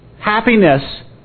Happiness